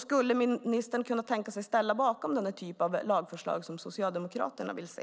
Skulle ministern kunna tänka sig att ställa sig bakom den här typen av lagförslag som Socialdemokraterna vill se?